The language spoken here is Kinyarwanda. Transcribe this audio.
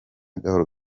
gahoro